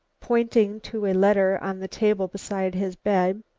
pointing to a letter on the table beside his bed,